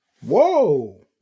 Whoa